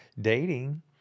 dating